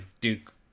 Duke